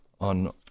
on